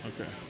okay